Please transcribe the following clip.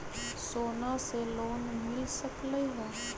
सोना से लोन मिल सकलई ह?